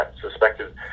suspected